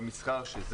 במסחר.